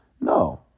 No